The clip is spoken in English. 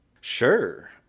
Sure